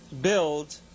build